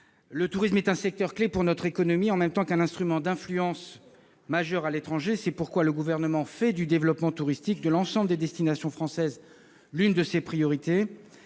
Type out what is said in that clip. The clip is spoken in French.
le tourisme est un secteur clé pour notre économie, en même temps qu'un instrument d'influence majeure à l'étranger. C'est pourquoi le Gouvernement fait du développement touristique de l'ensemble des destinations françaises l'une de ses priorités.